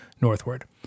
northward